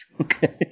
okay